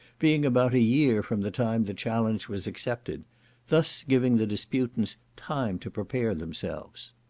being about a year from the time the challenge was accepted thus giving the disputants time to prepare themselves.